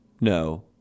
no